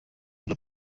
ibyo